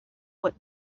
what